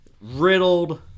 riddled